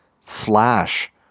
slash